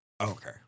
Okay